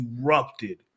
erupted